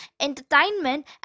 entertainment